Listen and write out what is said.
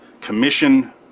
commission